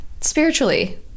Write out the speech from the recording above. spiritually